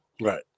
Right